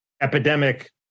epidemic